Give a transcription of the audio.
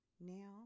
Now